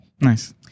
Nice